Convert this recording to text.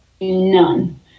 none